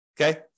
okay